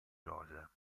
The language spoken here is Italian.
rosa